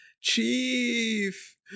chief